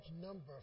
number